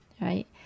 Right